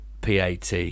PAT